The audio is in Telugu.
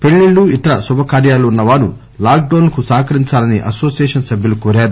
పెళ్ళిళ్ళు ఇతర శుభకార్యాలు ఉన్నవారు లాక్ డౌన్ కు సహకరించాలని అనోసియేషన్ సభ్యులు కోరారు